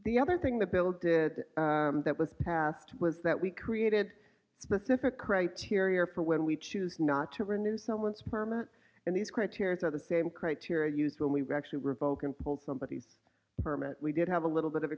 the other thing the bill did that was passed was that we created specific criteria for when we choose not to renew someone's permanent and these criteria are the same criteria used when we were actually revoke and told somebody permit we did have a little bit of